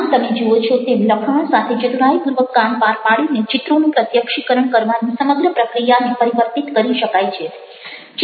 આમ તમે જુઓ છો તેમ લખાણ સાથે ચતુરાઈપૂર્વક કામ પાર પાડીને ચિત્રોનું પ્રત્યક્ષીકરણ કરવાની સમગ્ર પ્રક્રિયાને પરિવર્તિત કરી શકાય છે